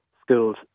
schools